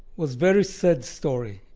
was very sad story,